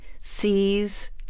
sees